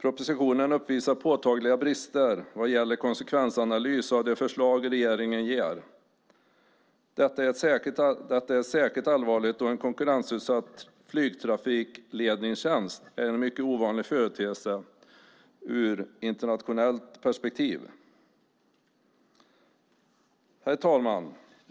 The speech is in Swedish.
Propositionen uppvisar påtagliga brister vad gäller konsekvensanalys av de förslag regeringen ger. Detta är särskilt allvarligt då en konkurrensutsatt flygtrafikledningstjänst är en mycket ovanlig företeelse ur ett internationellt perspektiv. Herr talman!